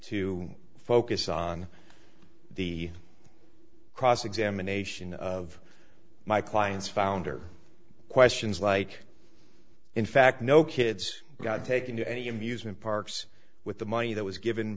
to focus on the cross examination of my client's founder questions like in fact no kids got taken to any amusement parks with the money that was given